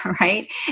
Right